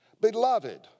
beloved